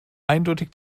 eindeutig